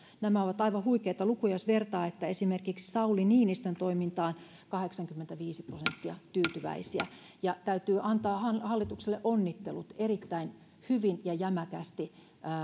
nämä ovat aivan huikeita lukuja jos vertaa että esimerkiksi sauli niinistön toimintaan kahdeksankymmentäviisi prosenttia on tyytyväisiä ja täytyy antaa hallitukselle onnittelut erittäin hyvästä ja jämäkästä